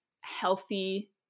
healthy